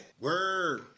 Word